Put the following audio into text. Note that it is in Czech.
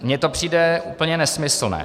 Mně to přijde úplně nesmyslné.